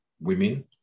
women